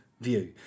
view